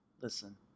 Listen